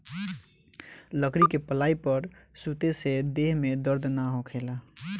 लकड़ी के पलाई पर सुते से देह में दर्द ना होखेला